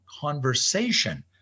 conversation